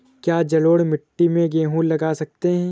क्या जलोढ़ मिट्टी में गेहूँ लगा सकते हैं?